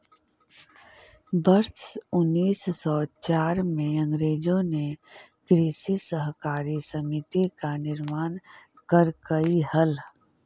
वर्ष उनीस सौ चार में अंग्रेजों ने कृषि सहकारी समिति का निर्माण करकई हल